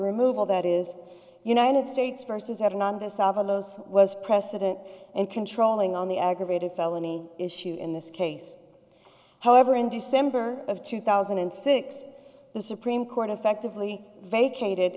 removal that is united states versus heaven on the salvos was precedent and controlling on the aggravated felony issue in this case however in december of two thousand and six the supreme court affectively vacated